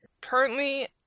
Currently